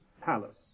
palace